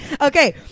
Okay